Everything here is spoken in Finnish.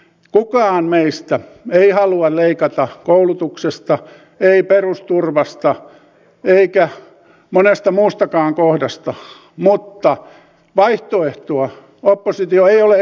kukaan meistä ei halua leikata koulutuksesta ei perusturvasta eikä monesta muustakaan kohdasta mutta vaihtoehtoa oppositio ei ole esittänyt